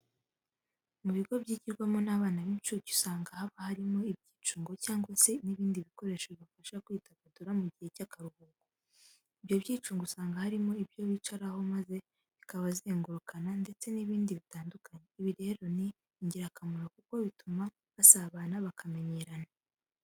Mu bigo byigirwamo n'abana b'incuke usanga haba harimo ibyicungo cyangwa se n'ibindi bikoresho bibafasha kwidagadura mu gihe cy'akaruhuko. Ibyo byicungo, usanga harimo ibyo bicaraho maze bikabazengurukana ndetse n'ibindi bitandukanye. Ibi rero ni ingirakamaro kuko bituma basabana bakamenyerana.